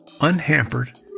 unhampered